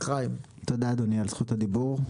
תודה אדוני, על זכות הדיבור.